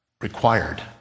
required